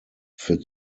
für